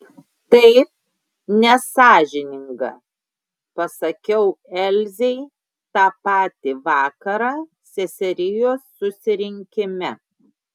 taip nesąžininga pasakiau elzei tą patį vakarą seserijos susirinkime